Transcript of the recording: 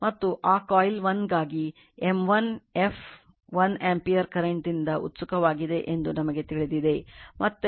ಮತ್ತು ಆ ಕಾಯಿಲ್ 1 ಗಾಗಿ m1 F 1 ಆಂಪಿಯರ್ ಕರೆಂಟ್ ದಿಂದ ಉತ್ಸುಕವಾಗಿದೆ ಎಂದು ನಮಗೆ ತಿಳಿದಿದೆ ಮತ್ತು ಅದು 500 ತಿರುವುಗಳು ಆಗಿದೆ